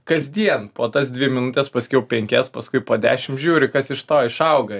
kasdien po tas dvi minutes paskiau penkias paskui po dešim žiūri kas iš to išauga